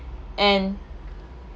and